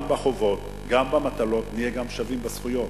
גם בחובות, גם במטלות, נהיה שווים גם בזכויות?